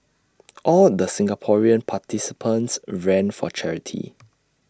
all the Singaporean participants ran for charity